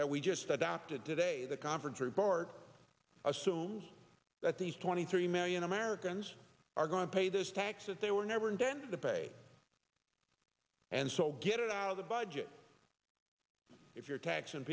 that we just adopted today the conference report assumes that these twenty three million americans are going to pay those taxes they were never intended to pay and so get it out of the budget if you're tax